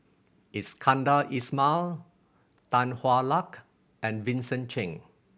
Iskandar Ismail Tan Hwa Luck and Vincent Cheng